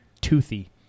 toothy